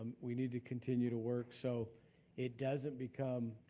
we need to continue to work so it doesn't become